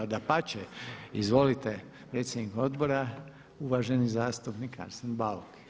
Dapače, izvolite predsjednik odbora uvaženi zastupnik Arsen Bauk.